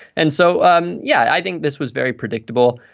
and so um yeah i think this was very predictable.